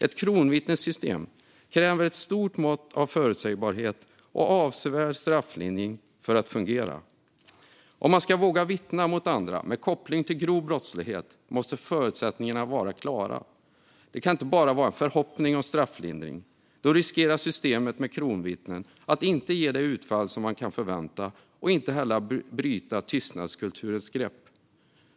Ett kronvittnessystem kräver ett stort mått av förutsägbarhet och avsevärd strafflindring för att fungera. Om man ska våga vittna mot andra med koppling till grov brottslighet måste förutsättningarna vara klara. Det kan inte bara vara en förhoppning om strafflindring. Då riskerar systemet med kronvittnen att inte ge det utfall som man kan förvänta och inte heller bryta tystnadskulturens grepp.